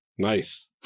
Nice